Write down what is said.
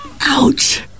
ouch